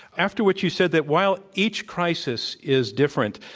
after which you said that while each crisis is different,